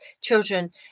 children